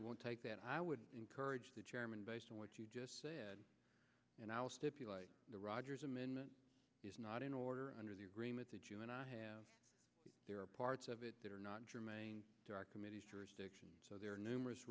it won't take that i would encourage the chairman based on what you just said and i'll stipulate to roger's amendment is not in order under the agreement that you and i have there are parts of it that are not germane to our committee so there are numerous